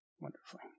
wonderfully